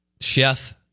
chef